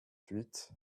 huit